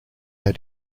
had